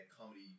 comedy